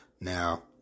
Now